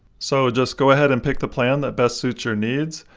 so just go ahead and pick the plan that best suits your needs.